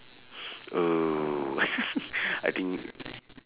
mm I think